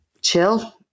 chill